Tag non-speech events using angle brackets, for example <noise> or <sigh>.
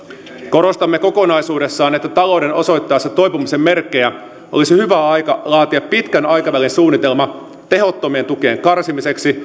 korostamme kokonaisuudessaan että talouden osoittaessa toipumisen merkkejä olisi hyvä aika laatia pitkän aikavälin suunnitelma tehottomien tukien karsimiseksi <unintelligible>